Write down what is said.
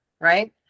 Right